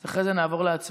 אז אחרי זה נעבור להצבעה.